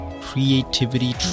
creativity